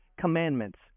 commandments